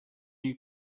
you